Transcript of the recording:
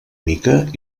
mica